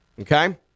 Okay